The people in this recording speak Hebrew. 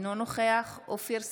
אינו נוכח אופיר סופר,